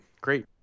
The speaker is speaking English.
great